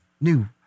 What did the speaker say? new